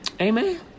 amen